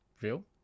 real